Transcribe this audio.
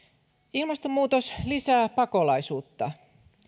ilmastonmuutos lisää pakolaisuutta